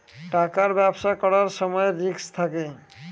টাকার ব্যবসা করার সময় রিস্ক থাকে